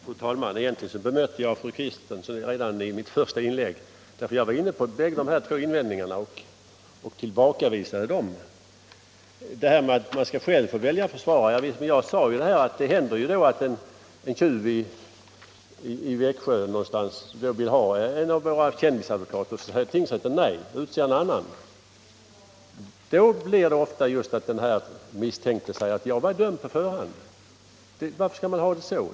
Fru talman! Egentligen bemötte jag vad fru Kristensson nu sade redan i mitt första inlägg. Jag var inne på bägge dessa invändningar och tillbakavisade dem. Fru Kristensson säger att den tilltalade själv skall få välja försvarare. Jag sade att det då händer att exempelvis en tjuv i Växjö vill ha en av våra kändisadvokater till försvarare. Säger då tingsrätten nej och utser någon annan händer det ofta att den misstänkte säger att han var dömd på förhand. Varför skall man ha det så?